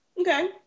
okay